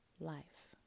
life